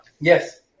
Yes